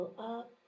up